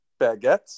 baguettes